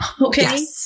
Okay